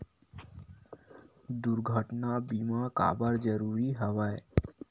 दुर्घटना बीमा काबर जरूरी हवय?